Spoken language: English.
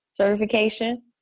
certification